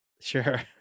Sure